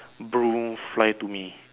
broom fly to me